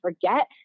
forget